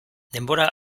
denbora